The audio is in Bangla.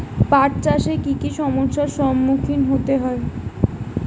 পাঠ চাষে কী কী সমস্যার সম্মুখীন হতে হয়?